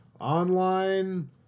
online